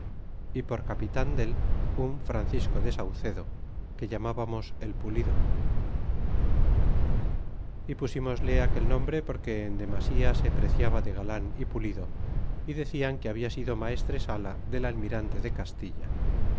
y por capitan dél un francisco de sauceda que llamábamos el pulido y pusímosle aquel nombre porque en demasia se preciaba de galan y pulido y decian que habla sido maestresala del almirante de castilla